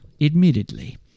admittedly